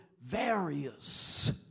various